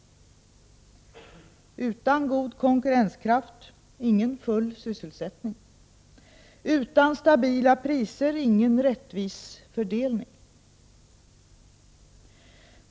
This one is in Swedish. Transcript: Utan god konkurrenskraft —- ingen full sysselsättning. Utan stabila priser —- ingen rättvis fördelning.